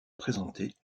présentées